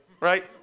right